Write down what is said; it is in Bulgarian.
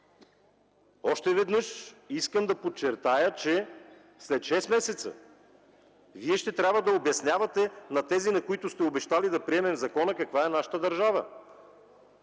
Още веднъж искам да подчертая, че след шест месеца Вие ще трябва да обяснявате на тези, на които сте обещали да приемем закона, каква е нашата държава,